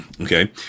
okay